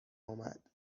آمد